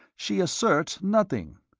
she asserts nothing.